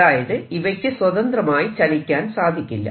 അതായത് ഇവയ്ക്കു സ്വതന്ത്രമായി ചലിക്കാൻ സാധിക്കില്ല